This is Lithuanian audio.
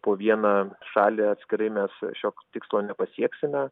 po vieną šalį atskirai mes šio tikslo nepasieksime